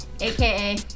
aka